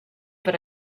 per